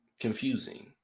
confusing